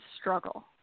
struggle